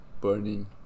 burning